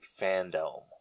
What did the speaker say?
fandom